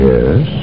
Yes